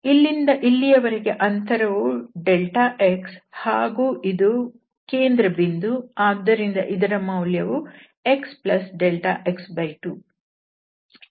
ಇಲ್ಲಿಂದ ಇಲ್ಲಿವರೆಗೆ ಅಂತರವು δx ಹಾಗೂ ಇದು ಕೇಂದ್ರಬಿಂದು ಆದ್ದರಿಂದ ಇದರ ಮೌಲ್ಯವು xδx2 ಈ ಮೇಲ್ಮೈ ಮೇಲೆ ಇದೂ ಒಂದು ಸ್ಥಿರ ಸಂಖ್ಯೆ